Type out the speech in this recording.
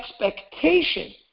expectation